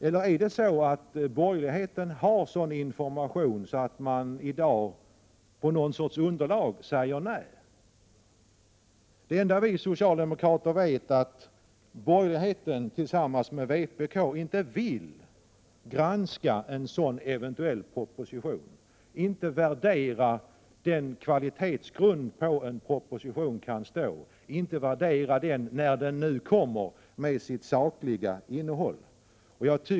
Eller är det så, att borgerligheten har sådan information att man i dag, med hänvisning till någon form av underlag, kan säga nej? Det enda vi socialdemokrater vet i detta sammanhang är att borgerligheten tillsammans med vpk inte vill ha en granskning av en eventuell proposition. Man vill alltså inte värdera propositionen kvalitetsmässigt, när den nu kommer, med tanke på dess sakliga innehåll.